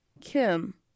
Kim